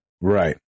Right